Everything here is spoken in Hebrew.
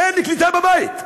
אין לי קליטה בבית.